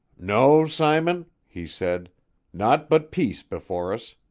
no, simon, he said naught but peace before us.